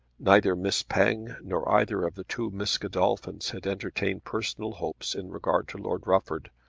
neither miss penge nor either of the two miss godolphins had entertained personal hopes in regard to lord rufford,